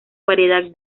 variedad